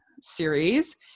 series